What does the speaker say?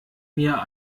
mir